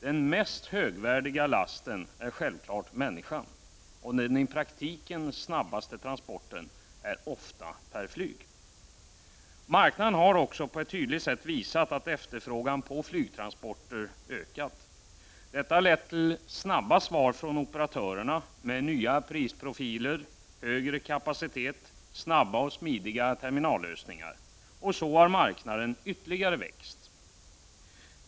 Den mest högvärdiga lasten är självfallet människan, och den i praktiken snabbaste transporten är ofta per flyg. Marknaden har också på ett tydligt sätt visat att efterfrågan på flygtransporter ökat. Detta har lett till snabba svar från operatörerna med nya prisprofiler, högre kapacitet, snabba och smidiga terminallösningar. Och så har marknaden ytterligare växt.